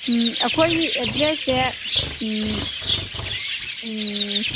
ꯑꯩꯈꯣꯏꯒꯤ ꯑꯦꯗ꯭ꯔꯦꯁꯁꯦ